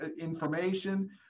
information